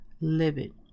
livid